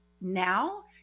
now